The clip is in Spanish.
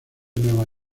nueva